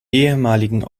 ehemaligen